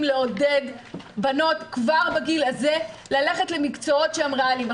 לעודד בנות כבר בגיל הזה ללכת למקצועות שהם ריאליים.